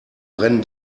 brennen